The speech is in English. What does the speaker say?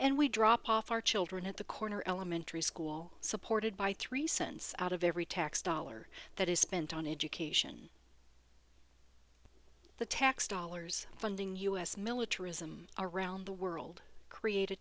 and we drop off our children at the corner elementary school supported by three cents out of every tax dollar that is spent on education the tax dollars funding us militarism around the world create a